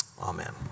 Amen